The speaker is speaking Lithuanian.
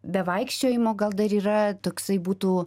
be vaikščiojimo gal dar yra toksai būtų